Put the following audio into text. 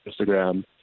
Instagram